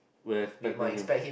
we are expecting him